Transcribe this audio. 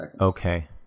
Okay